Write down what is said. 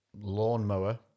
lawnmower